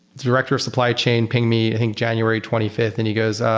the director of supply chain pinged me i think january twenty fifth and he goes,